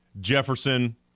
Jefferson